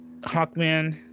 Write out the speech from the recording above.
hawkman